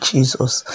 Jesus